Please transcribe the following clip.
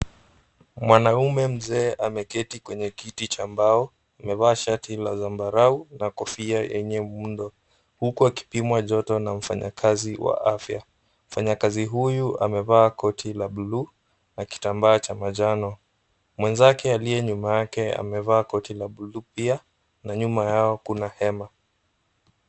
Mwanaume mzee ameketi kwenye kiti cha mbao, amevaa shati la zambarau na kofia enye muundo huku akipimwa joto na mfanyakazi wa afya. Mfanyakazi huyu amevaa koti la buluu na kitambaa cha manjano. Mwenzake aliye nyuma yake amevaa koti la buluu pia na nyuma yao kuna hema.